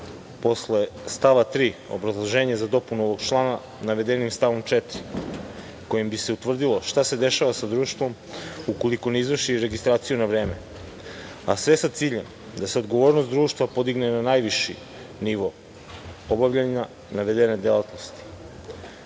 Posle stava 3. obrazloženje za dopunu ovog člana navedeni stavom 4, kojim bi se utvrdilo šta se dešava sa društvom ukoliko ne izvrši registraciju na vreme, a sve sa ciljem da se odgovornost društva podigne na najviši nivo obavljanja navedene delatnosti. Zakonom,